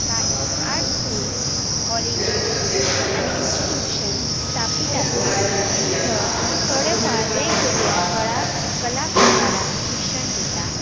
काही art school कॉलेजी आनी इन्स्टिट्युशन स्थापीत आसात थंय थोडे फार वेगवेगळ्या कळ कला प्रकारान शिक्षण दिता